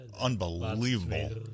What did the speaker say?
unbelievable